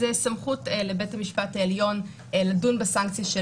סמכות לבית המשפט העליון לדון בסנקציה של